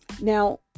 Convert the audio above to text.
Now